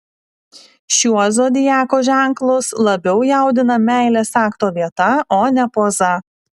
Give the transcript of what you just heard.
šiuos zodiako ženklus labiau jaudina meilės akto vieta o ne poza